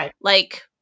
like-